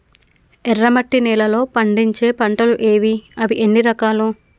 ఎర్రమట్టి నేలలో పండించే పంటలు ఏవి? అవి ఎన్ని రకాలు?